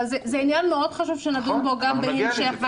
זה עניין מאוד חשוב שנדון בו גם בהמשך.